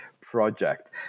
project